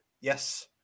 yes